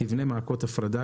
שהמדינה תבנה מעקות הפרדה,